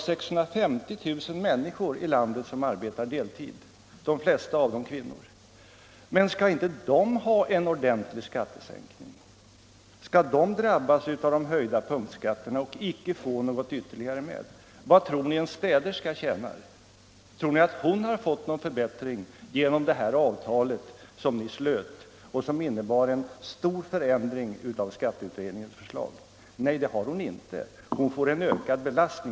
650 000 människor ute i landet arbetar deltid, och de flesta av dem är kvinnor. Men skall inte de ha en ordentlig skattesänkning? Skall de drabbas av de höjda punktskatterna och inte få något ytterligare med? Vad tror ni att en städerska tjänar? Tror ni att hon har fått någon förbättring genom det avtal som ni slöt och som innebär en stor förändring av skatteutredningens förslag? Nej, det har hon inte. Hon får i stället en ökad belastning.